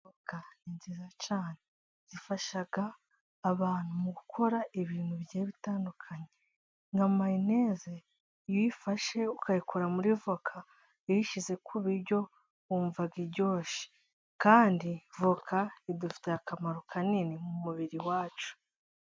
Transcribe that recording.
Voka ni nziza cyane, ifasha abantu mu gukora ibintu bigiye bitandukanye, nka mayonese iyo uyifashe ukayikora muri voka, iyo uyishyize ku biryo wumva iryoshye, kandi voka idufitiye akamaro kanini mu mubiri wacu.